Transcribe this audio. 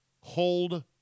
Hold